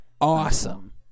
Awesome